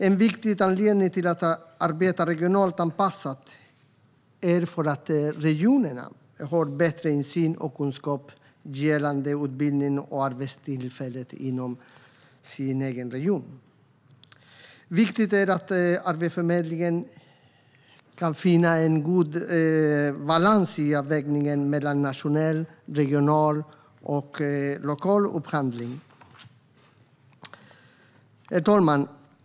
En viktig anledning till att arbeta regionalt anpassat är att regionerna har bättre insyn och kunskap gällande utbildning och arbetstillfällen inom sin egen region. Viktigt är att Arbetsförmedlingen kan finna en god balans i avvägningen mellan nationell, regional och lokal upphandling. Herr talman!